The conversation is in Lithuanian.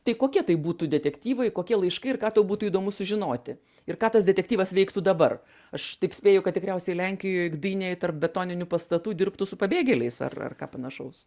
tai kokie tai būtų detektyvai kokie laiškai ir ką tau būtų įdomu sužinoti ir ką tas detektyvas veiktų dabar aš taip spėju kad tikriausiai lenkijoj gdynėj tarp betoninių pastatų dirbtų su pabėgėliais ar ar ką panašaus